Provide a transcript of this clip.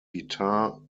guitar